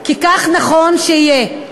כי כך נכון שיהיה.